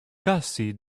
cassie